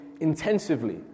intensively